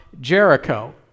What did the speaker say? Jericho